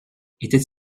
était